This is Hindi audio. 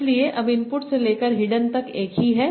इसलिए अब इनपुट से लेकर हिडन तक एक ही हैं